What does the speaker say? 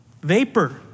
vapor